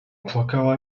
płakała